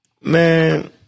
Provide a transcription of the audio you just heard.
Man